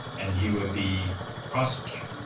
and he would be prosecuted.